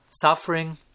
suffering